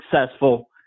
successful